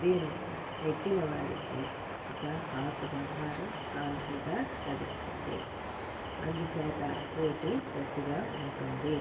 దీనిలో నెగ్గిన వారికి ఒక కాసు బంగారం కానుకగా లభిస్తుంది అందుచేత పోటీ గట్టిగా ఉంటుంది